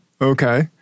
okay